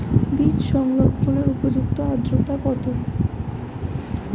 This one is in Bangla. বীজ সংরক্ষণের উপযুক্ত আদ্রতা কত?